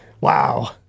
Wow